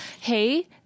Hey